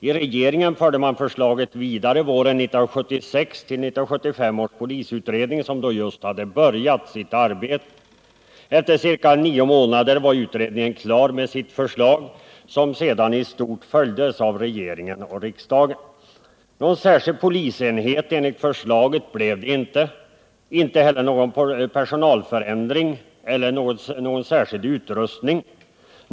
I regeringen fördes förslaget vidare våren 1976 till 1975 års polisutredning, som just hade börjat sitt arbete. Efter ca nio månader var utredningen klar med sitt förslag, som sedan i stort följdes av regeringen och riksdagen. Någon särskild polisenhet enligt förslaget blev det inte, inte heller någon personalförändring eller någon särskild utrustning.